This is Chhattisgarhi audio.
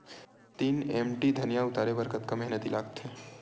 तीन एम.टी धनिया उतारे बर कतका मेहनती लागथे?